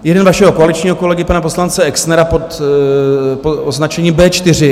Jeden vašeho koaličního kolegy pana poslance Exnera pod označením B4.